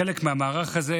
חלק מהמערך הזה,